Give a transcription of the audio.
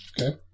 Okay